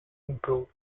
improved